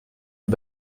nos